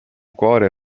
cuore